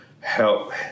help